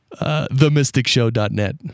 TheMysticShow.net